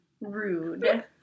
rude